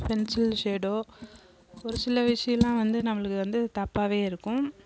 pencil shadow ஒரு சில விஷயோலாம் வந்து நம்மளுக்கு வந்து தப்பாகவே இருக்கும்